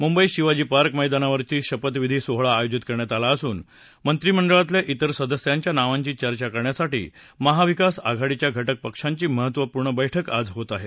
मुंबईत शिवाजीपार्क मैदानावर शपथविधी सोहळा आयोजित करण्यात आला असून मंत्रिमंडळातल्या तेर सदस्यांच्या नावांची चर्चा करण्यासाठी महाविकास आघाडीच्या घटक पक्षांची महत्त्वपूर्ण बैठक आज होत आहे